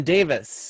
Davis